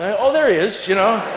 and oh, there he is, you know.